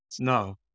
No